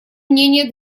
мнения